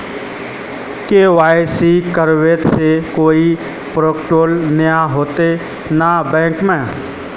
KYC करबे से कोई प्रॉब्लम नय होते न बैंक में?